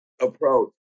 approach